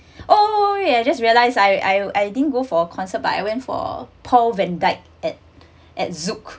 oh ya yeah just realise I I didn't go for a concert by went for paul van dyke at at zouk